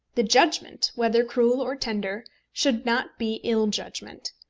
the judgment, whether cruel or tender, should not be ill-judgment.